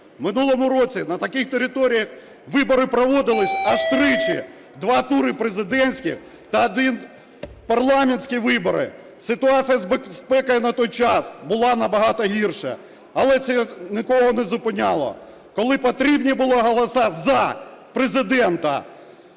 минулому році на таких територіях вибори проводились аж тричі: два тури – президентські та один – парламентські вибори. Ситуація з безпекою на той час була набагато гірша, але це нікого не зупиняло. Коли потрібні були голоси "за" Президента,